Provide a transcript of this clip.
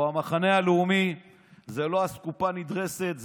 המחנה הלאומי זה לא אסקופה נדרסת,